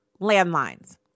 landlines